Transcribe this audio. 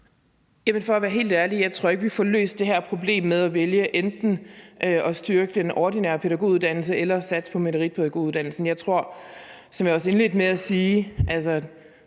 For at være helt ærlig: Jeg tror ikke, at vi får løst det her problem med at vælge enten at styrke den ordinære pædagoguddannelse eller satse på meritpædagoguddannelsen. Som jeg også indledte med at sige,